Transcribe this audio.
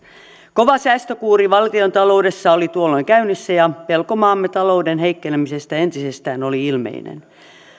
kova säästökuuri valtiontaloudessa oli tuolloin käynnissä ja pelko maamme talouden heikkenemisestä entisestään oli ilmeinen